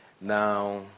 Now